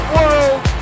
World